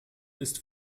ist